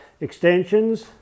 extensions